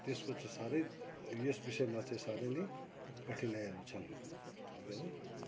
त्यसको चाहिँ साह्रै यस विषयमा चाहिँ साह्रै नै कठिनाइहरू छन्